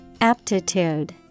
Aptitude